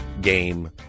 game